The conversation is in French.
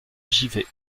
givet